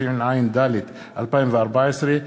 התשע"ד 2014,